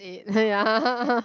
it ya